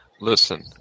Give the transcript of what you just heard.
Listen